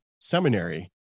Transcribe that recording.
seminary